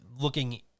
looking